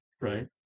right